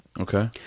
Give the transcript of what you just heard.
okay